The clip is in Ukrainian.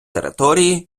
території